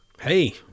Hey